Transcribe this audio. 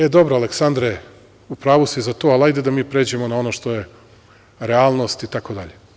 E, dobro Aleksandre, u pravu si za to, ali hajde da mi pređemo na ono što je realnost itd.